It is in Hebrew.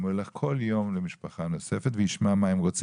אם הוא ילך כל יום למשפחה מסוימת וישמע מה היא רוצה